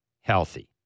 healthy